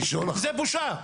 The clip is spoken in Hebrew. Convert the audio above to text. זו בושה.